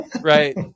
Right